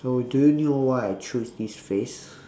so do you know why I choose this phrase